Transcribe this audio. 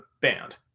band